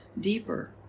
deeper